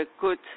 good